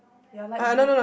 ya light blue